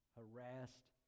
harassed